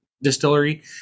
Distillery